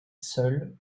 seule